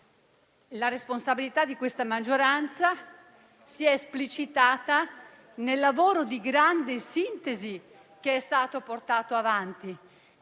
la responsabilità di questa maggioranza si è esplicitata nel lavoro di grande sintesi che è stato portato avanti,